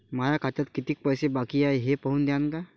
माया खात्यात कितीक पैसे बाकी हाय हे पाहून द्यान का?